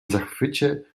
zachwycie